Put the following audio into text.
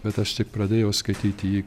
bet aš tik pradėjau skaityti jį